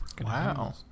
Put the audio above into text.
Wow